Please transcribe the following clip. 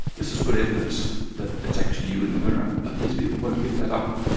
this is good evidence that it's actually you in the mirror but these people won't give that up.